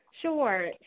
Sure